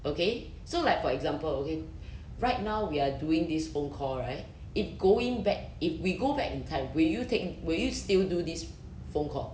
okay so like for example okay right now we are doing this phone call right if going back if we go back in time will you take will you still do this phone call